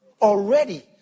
already